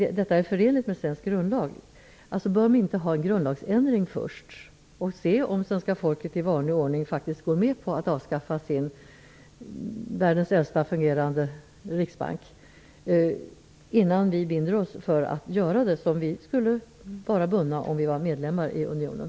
Bör man inte ha en grundlagsändring först, och se om svenska folket i vanlig ordning går med på att avskaffa världens äldsta fungerande riksbank, innan vi binder oss som medlemmar i unionen?